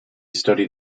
studied